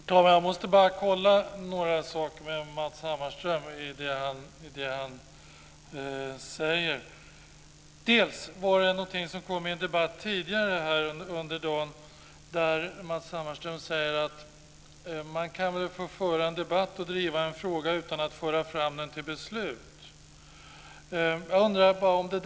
Herr talman! Jag måste bara kolla några saker med Matz Hammarström. Tidigare under dagen har Matz Hammarström sagt att man kan föra en debatt och driva en fråga utan att föra fram den till beslut.